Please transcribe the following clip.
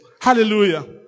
Hallelujah